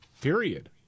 Period